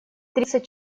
тридцать